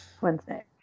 Wednesday